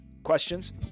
questions